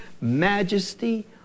majesty